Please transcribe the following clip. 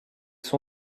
son